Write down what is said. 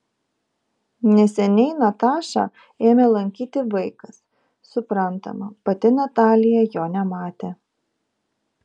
neseniai natašą ėmė lankyti vaikas suprantama pati natalija jo nematė